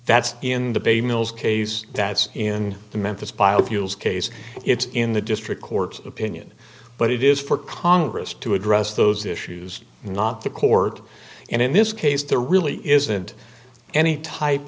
that's in the bay mills case that's in the memphis biofuels case it's in the district court's opinion but it is for congress to address those issues not the court and in this case there really isn't any type